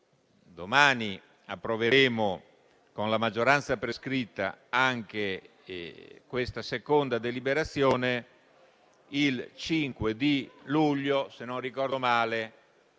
domani approveremo il testo con la maggioranza prescritta anche in seconda deliberazione, il 5 luglio - se non ricordo male